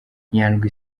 nyandwi